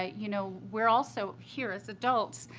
ah you know, we're also here, as adults,